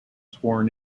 sworn